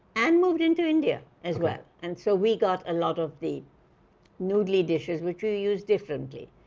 and moved into india as well. and so, we got a lot of the noodle-y dishes, which we used differently,